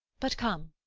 but come,